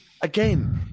again